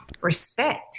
respect